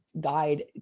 guide